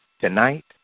tonight